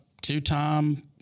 two-time